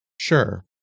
Sure